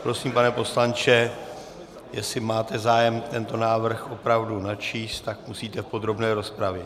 Prosím, pane poslanče, jestli máte zájem tento návrh opravdu načíst, musíte v podrobné rozpravě.